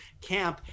camp